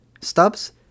stubs